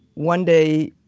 one day,